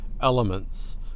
elements